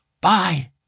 Bye